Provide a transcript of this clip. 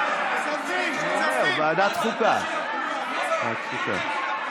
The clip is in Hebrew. כספים, ועדת הכנסת.